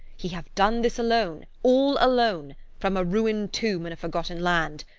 he have done this alone all alone! from a ruin tomb in a forgotten land.